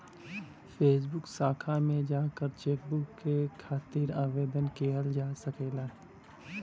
bank शाखा में जाकर चेकबुक के खातिर आवेदन किहल जा सकला